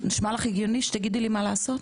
נשמע לך הגיוני שתגידי לי מה לעשות.